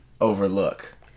overlook